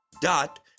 dot